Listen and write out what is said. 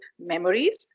memories